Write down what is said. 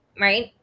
right